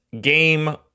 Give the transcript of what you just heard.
game